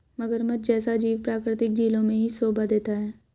मगरमच्छ जैसा जीव प्राकृतिक झीलों में ही शोभा देता है